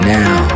now